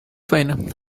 fen